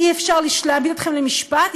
אי-אפשר להביא אתכם למשפט,